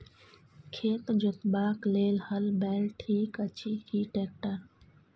खेत जोतबाक लेल हल बैल ठीक अछि की ट्रैक्टर?